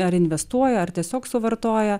ar investuoja ar tiesiog suvartoja